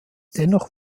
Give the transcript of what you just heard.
dennoch